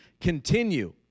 continue